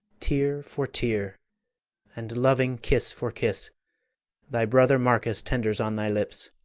tear for tear and loving kiss for kiss thy brother marcus tenders on thy lips.